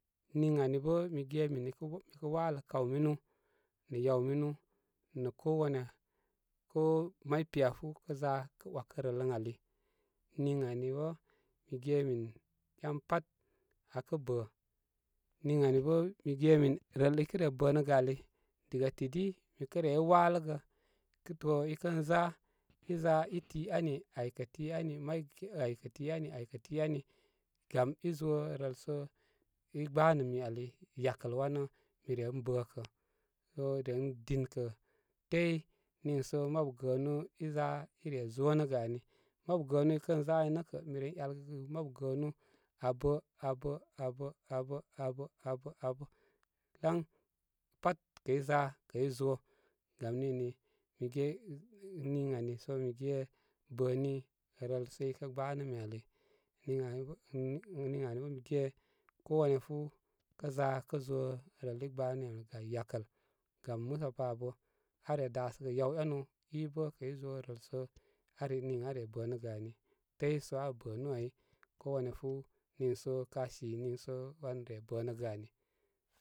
Niŋ ani bə mi ge min i kə walə kaw minu nə yaw minunə ko wanya ko may piyafu kə za kə wakə rəl lən ali niŋ ani bə mi ge min én pat akə bə, niŋ ani bə mi ge min rəl ikə re bə nə gə ali, diga tidi mi kə rey waləgə, to i kən za iza i ti ani ay kə ti ani may aykə ti ani, aykə ti ani gam i zo rəl so i gbaanə mi ali yakəl wanə mi ren bəkə so ren dinkə təy niisə mabu gəənu iza ire zo nə gə ani mabu gəənú ikənza ai nə kə mire yalgəgə mabu gəənú abə, abə, abə, abə, abə, abə laŋ pat kəy za kəy zo gam nini mi ge én ən nin ani so mi ge bə ni rəl sə i kə gbaa nəmi ali niŋani bə niŋ, ami bə mige kowayafú kə za kə zo rəl i gbaamin ali gani yalkəl gam musə pa abə aa re dasə gə yaw enu i bə kəy zo rəl so aare nin aa re bənəgə ani, təy sə aa abə nú ai ko waya fú niiso kasinə so wan re bənəgə ani.